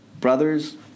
brothers